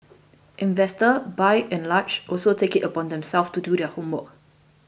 investors by and large also take it upon themselves to do their homework